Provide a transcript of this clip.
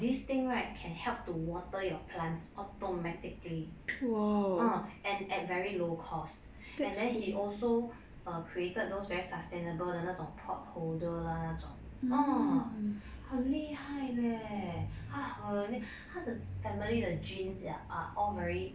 this thing right can help to water your plants automatically ah and at very low cost and then he also created those very sustainable 的那种 pot holder lah 那种嗯很 high leh 他很他的 family the genes are all very